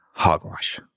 hogwash